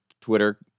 Twitter